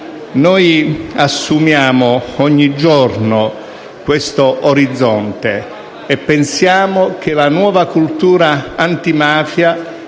Noi assumiamo ogni giorno questo orizzonte e pensiamo che la nuova cultura antimafia